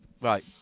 right